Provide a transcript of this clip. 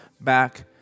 back